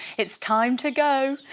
it's time to go,